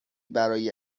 برای